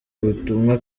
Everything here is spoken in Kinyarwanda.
ubutumwa